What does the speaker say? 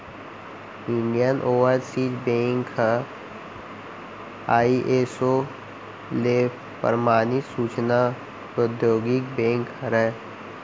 Indian Overseas Bank ह ISO ले परमानित सूचना प्रौद्योगिकी बेंक हरय